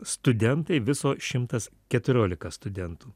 studentai viso šimtas keturiolika studentų